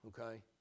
Okay